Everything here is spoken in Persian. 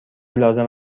لازم